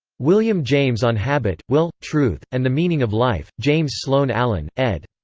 william james on habit, will, truth, and the meaning of life, james sloan allen, ed.